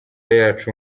yacu